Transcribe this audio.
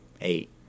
eight